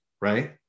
right